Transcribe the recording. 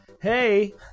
hey